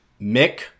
Mick